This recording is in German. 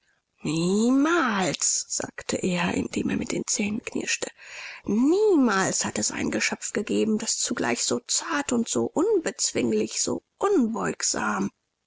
niemals sagte er indem er mit den zähnen knirschte niemals hat es ein geschöpf gegeben das zugleich so zart und so unbezwinglich so unbeugsam